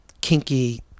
kinky